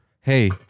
Hey